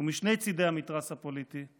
ומשני צידי המתרס הפוליטי,